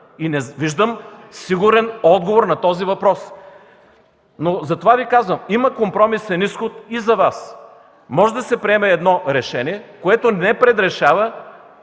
и не виждам сигурен отговор на този въпрос. (Реплики от ГЕРБ.) Затова Ви казвам: има компромисен изход и за Вас. Може да се приеме едно решение, което не предрешава